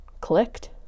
clicked